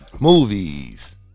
movies